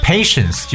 Patience